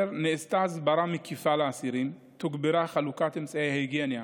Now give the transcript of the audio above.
נעשתה הסברה מקיפה לאסירים ותוגברה חלוקת אמצעי היגיינה,